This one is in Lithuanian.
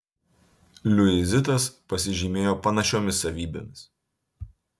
liuizitas pasižymėjo panašiomis savybėmis